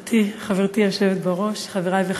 גברתי, חברתי היושבת בראש, חברי וחברותי,